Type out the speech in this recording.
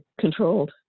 controlled